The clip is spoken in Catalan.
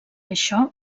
això